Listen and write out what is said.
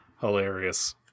Hilarious